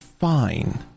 Fine